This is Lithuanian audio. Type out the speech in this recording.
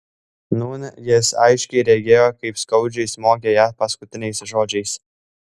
nūn jis aiškiai regėjo kaip skaudžiai smogė ją paskutiniais žodžiais